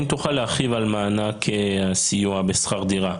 האם תוכל להרחיב על מענק הסיוע בשכר דירה,